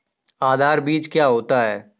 आधार बीज क्या होता है?